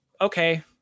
okay